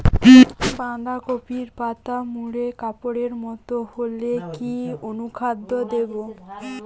বাঁধাকপির পাতা মুড়ে কাপের মতো হলে কি অনুখাদ্য দেবো?